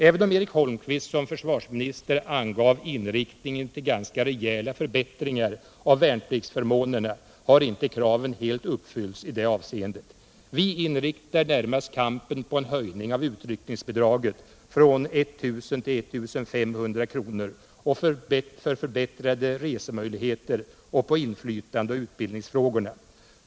Även om Eric Holmqvist som försvarsminister angav inriktning till ganska rejäla förbättringar av värnpliktsförmånerna har inte kraven helt uppfyllts i det avseendet. Vi inriktar närmast kampen på en höjning av utryckningsbidraget från 1000 till 1500 kr., på förbättrade resemöjligheter och på inflytandeoch utbildningsfrågorna.